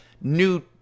new